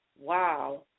wow